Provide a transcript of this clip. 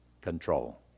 control